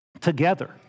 together